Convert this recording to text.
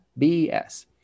BS